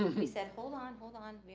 we said, hold on, hold on,